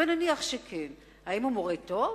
ונניח שכן, האם הוא מורה טוב?